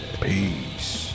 Peace